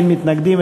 אין מתנגדים,